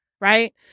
right